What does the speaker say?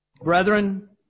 Brethren